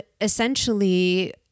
essentially